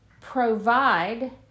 provide